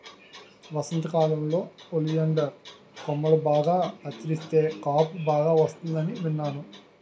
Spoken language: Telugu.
వసంతకాలంలో ఒలియండర్ కొమ్మలు బాగా కత్తిరిస్తే కాపు బాగా వస్తుందని విన్నాను